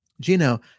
Gino